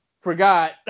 forgot